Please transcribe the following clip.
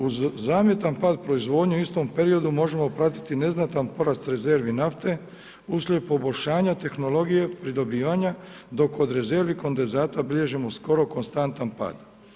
Uz zamjetan pad proizvodnje u istom periodu možemo pratiti neznatan porast rezervi nafte uslijed poboljšanja tehnologije pridobivanja, dok kod rezervi kondenzata bilježimo skoro konstantan pad.